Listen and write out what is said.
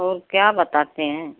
और क्या बताते हैं